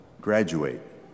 graduate